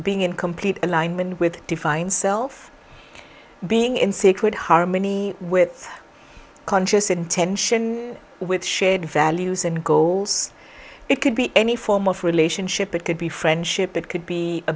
being in complete alignment with divine self being in secret harmony with conscious intention with shared values and goals it could be any form of relationship it could be friendship it could be a